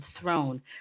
throne